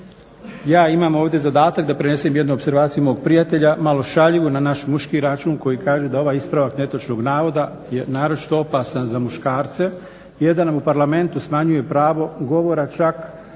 Ja imam ovdje zadatak da prenesem jednu opservaciju mog prijatelja, malo šaljivu na naš muški račun koji kaže da ovaj ispravak netočnog navoda je naročito opasan za muškarce jer da u Parlamentu smanjuje pravo govora čak